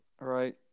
Right